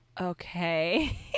okay